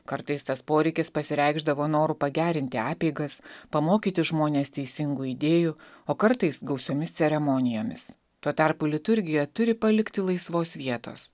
kartais tas poreikis pasireikšdavo noru pagerinti apeigas pamokyti žmones teisingų idėjų o kartais gausiomis ceremonijomis tuo tarpu liturgija turi palikti laisvos vietos